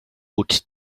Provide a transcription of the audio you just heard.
would